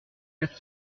quatre